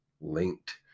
linked